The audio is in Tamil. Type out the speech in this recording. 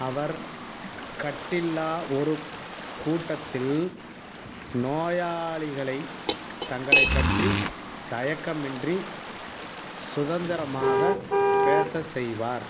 அவர் கட்டில்லா ஒரு கூட்டத்தில் நோயாளிகளை தங்களைப் பற்றி தயக்கமின்றி சுதந்திரமாக பேச செய்வார்